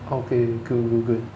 okay good good good good